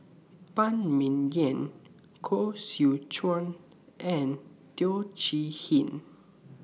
Phan Ming Yen Koh Seow Chuan and Teo Chee Hean